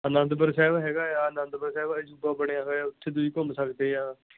ਅਨੰਦਪੁਰ ਸਾਹਿਬ ਹੈਗਾ ਆ ਅਨੰਦਪੁਰ ਸਾਹਿਬ ਅਜੂਬਾ ਬਣਿਆ ਹੋਇਆ ਉੱਥੇ ਤੁਸੀਂ ਘੁੰਮ ਸਕਦੇ ਆ